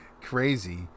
Crazy